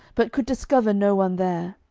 but could discover no one there.